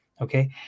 okay